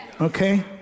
Okay